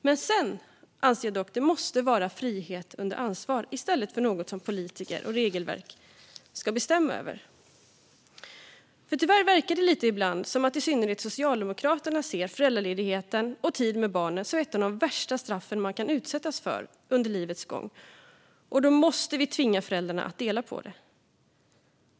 Jag anser dock att det sedan måste vara frihet under ansvar som gäller i stället för något som politiker och regelverk ska bestämma över. Tyvärr verkar det ibland lite som att i synnerhet Socialdemokraterna ser föräldraledighet och tid med barnen som ett av de värsta straffen man kan utsättas för under livets gång och som att vi därför måste tvinga föräldrarna att dela på det.